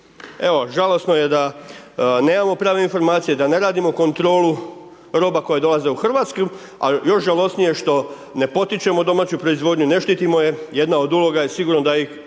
Evo žalosno je da nemamo prave informacije, da ne radimo kontrolu roba koje dolaze u Hrvatsku a još žalosnije je što ne potičemo domaću proizvodnju, ne štitimo je, jedna od uloga je sigurno da ih kroz